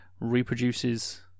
reproduces